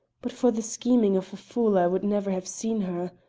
but for the scheming of a fool i would never have seen her.